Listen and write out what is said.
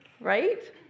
Right